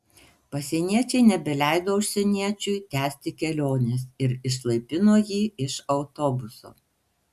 pasieniečiai nebeleido užsieniečiui tęsti kelionės ir išlaipino jį iš autobuso